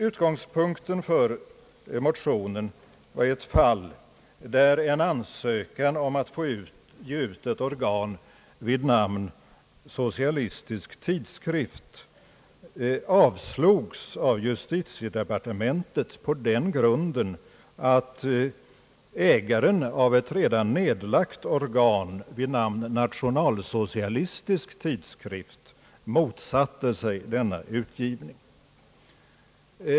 Utgångspunkten för motionerna var att en ansökan om att få ge ut ett organ vid namn Socialistisk tidskrift avslogs av justitiedepartementet på den grunden att ägaren av ett redan nedlagt organ med namnet Nationalsocialistisk tidskrift motsatte sig denna utgivning.